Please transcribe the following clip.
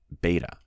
beta